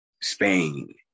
Spain